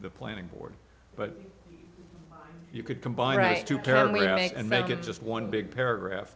the planning board but you could combine right to carry it and make it just one big paragraph